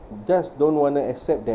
just don't want to accept that